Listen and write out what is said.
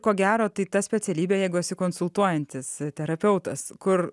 ko gero tai ta specialybė jeigu esi konsultuojantis terapeutas kur